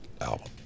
album